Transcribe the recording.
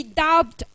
doubt